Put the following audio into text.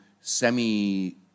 semi